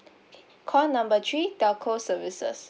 call number three telco services